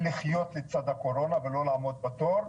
לחיות לצד הקורונה ולא לעמוד בתור.